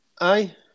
Aye